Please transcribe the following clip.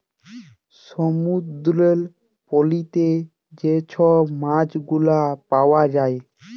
সমুদ্দুরের পলিতে যে ছব মাছগুলা পাউয়া যায়